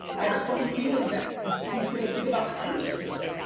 i have a funny feeling that he's gonna think about kindness more.